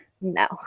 no